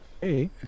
Hey